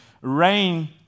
Rain